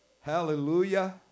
Hallelujah